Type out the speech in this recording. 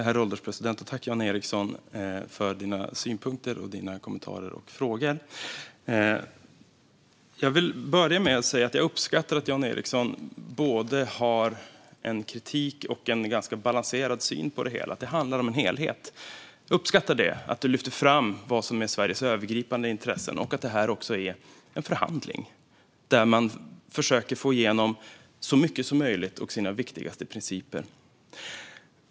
Herr ålderspresident! Tack för dina synpunkter, kommentarer och frågor, Jan Ericson! Jag vill börja med att säga att jag uppskattar att Jan Ericson har både kritik och en ganska balanserad syn på detta. Det handlar om en helhet, och jag uppskattar att du lyfter fram vad som är Sveriges övergripande intressen, Jan Ericson - liksom att detta är en förhandling där man försöker få igenom så mycket som möjligt av sina viktigaste principer.